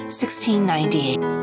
1698